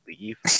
leave